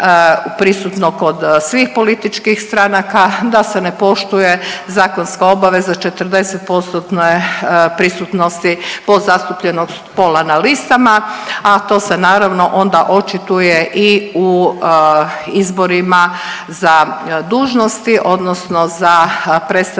prisutno kod svih političkih stranaka, da se ne poštuje zakonska obaveza 40-postotne prisutnosti po zastupljenog spola na listama, a to se naravno onda očituje i u izborima za dužnosti odnosno za predstavnička